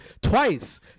twice